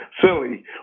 silly